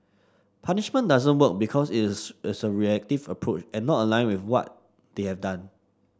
punishment doesn't work because it is its a reactive approach and not aligned with what they have done